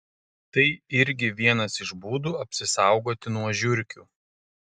tai irgi vienas iš būdų apsisaugoti nuo žiurkių